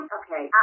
okay